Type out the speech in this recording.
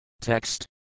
Text